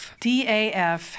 DAF